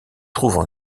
trouvent